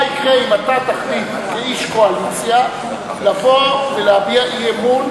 מה יקרה אם אתה תחליט כאיש קואליציה לבוא ולהביע אי-אמון